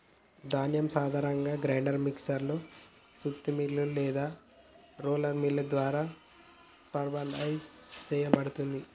ధాన్యం సాధారణంగా grinder mixer లో సుత్తి మిల్లులు లేదా రోలర్ మిల్లుల ద్వారా పల్వరైజ్ సేయబడుతుంది